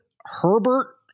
Herbert